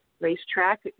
racetrack